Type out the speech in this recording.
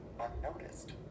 unnoticed